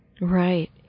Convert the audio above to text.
Right